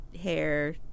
hair